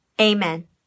amen